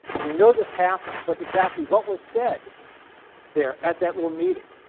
and we know this happened but exactly what was said there at that little meeting,